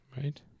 right